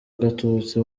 gatutsi